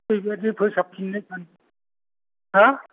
ओइबारनो फोसाबफिननो सानदोंमोन हा